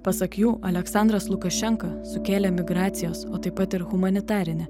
pasak jų aleksandras lukašenka sukėlė migracijos o taip pat ir humanitarinę